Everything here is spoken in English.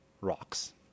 rocks